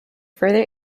further